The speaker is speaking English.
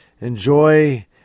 enjoy